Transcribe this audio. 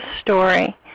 story